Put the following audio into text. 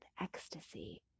ecstasy